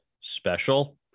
special